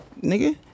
Nigga